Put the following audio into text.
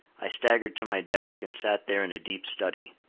i staggered to my desk, and sat there in a deep study.